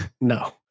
No